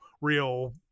real